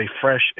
fresh